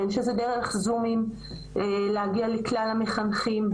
בין אם זה דרך זומים להגיע לכלל המחנכים,